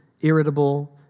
irritable